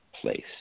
place